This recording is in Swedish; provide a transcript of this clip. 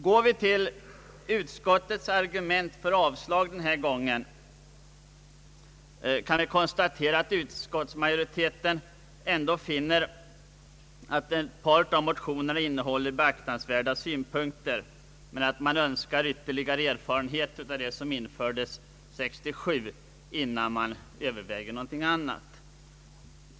Utskottsmajoritetens argument för avslag på motionerna är att utskottet, trots att man finner att ett par av motionerna innehåller beaktansvärda synpunkter, önskar vinna ytterligare erfarenheter av de regler om rösträtt för utlandssvenskar som antogs 1967, innan man kan överväga någon ny ändring.